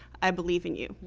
i believe in you.